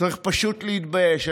צריך פשוט להתבייש.